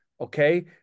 Okay